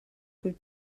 would